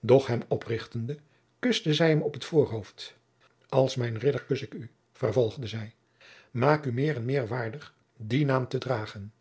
doch hem oprichtende kuste zij hem op het voorhoofd als mijn ridder kus ik u vervolgde zij maak u meer en meer waardig dien naam te dragen